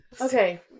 Okay